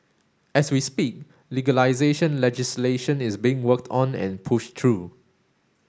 as we speak legalisation legislation is being worked on and pushed through